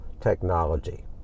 technology